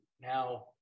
now